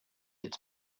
its